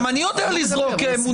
גם אני יודע לזרוק מונחים.